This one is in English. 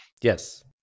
Yes